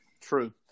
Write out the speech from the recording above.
True